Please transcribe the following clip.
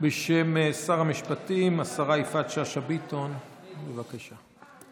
בשם שר המשפטים, השרה יפעת שאשא ביטון, בבקשה.